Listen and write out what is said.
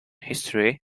history